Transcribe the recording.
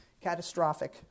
catastrophic